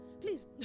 please